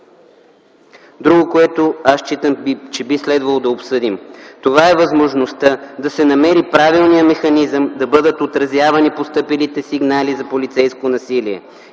Друго, което аз считам, че би следвало да обсъдим, е възможността да се намери правилният механизъм да бъдат отразявани постъпилите сигнали за полицейско насилие,